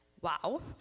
wow